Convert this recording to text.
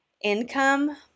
income